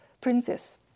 princess